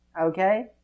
okay